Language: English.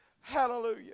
Hallelujah